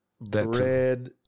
bread